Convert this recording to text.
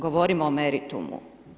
Govorimo o meritumu.